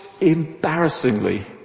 embarrassingly